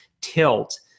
tilt